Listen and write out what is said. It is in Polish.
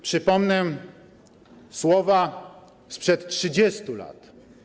Przypomnę słowa sprzed 30 lat: